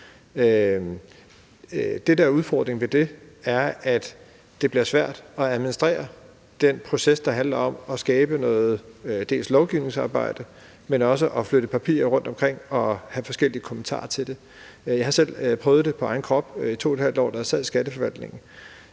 Det, der er udfordringen ved det, er, at det bliver svært at administrere den proces, der både handler om at skabe noget lovgivningsarbejde, men også om at flytte papirer rundtomkring og have forskellige kommentarer til det. Jeg har selv prøvet det på egen krop i 2½ år, da jeg sad i Skatteforvaltningen,